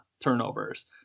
turnovers